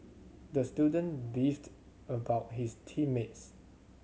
the student beefed about his team mates